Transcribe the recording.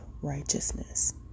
righteousness